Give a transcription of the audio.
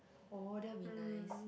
oh that will be nice